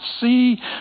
see